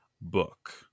book